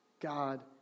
God